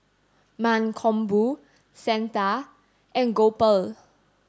Mankombu Santha and Gopal